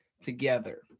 Together